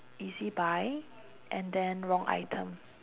EZ buy and then wrong item